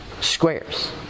squares